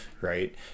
right